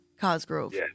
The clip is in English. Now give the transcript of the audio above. Cosgrove